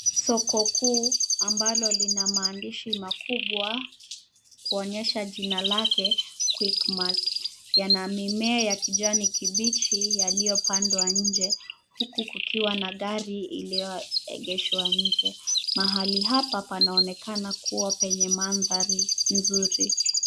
Soko kuu ambalo lina maandishi makubwa kuonyesha jina lake quickmart. Yana mimea ya kijani kibichi yaliyopandwa nje. Huku kukiwa na gari iliyoegeshwa nje. Mahali hapa panaonekana kuwa penye mandhari nzuri.